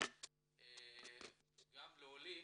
גם לעולים,